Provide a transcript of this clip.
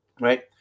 right